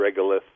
regolith